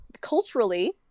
culturally